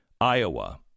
Iowa